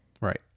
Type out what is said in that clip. right